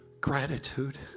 gratitude